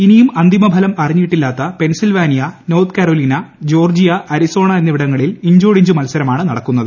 ഇനിയും അന്തിമ ഫലം അറിഞ്ഞിട്ടില്ലാത്ത Pennsylvania North Carolina Georgia Arizona എന്നിവിടങ്ങളിൽ ഇഞ്ചോടിഞ്ച് മത്സരമാണ് നടക്കുന്നത്